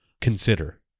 consider